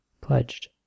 pledged